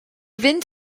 fynd